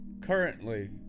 currently